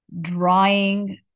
drawing